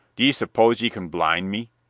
d'ye suppose ye can blind me?